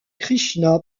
krishna